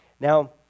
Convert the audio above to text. Now